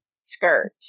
skirt